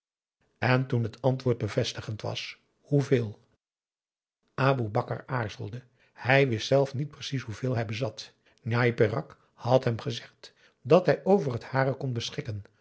en toen het antwoord bevestigend was hoeveel aboe bakar aarzelde hij wist zelf niet precies hoeveel hij bezat njai peraq had hem gezegd dat hij over al het hare kon beschikken